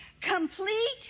Complete